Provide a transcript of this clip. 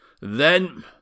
Then—